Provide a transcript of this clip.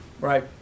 Right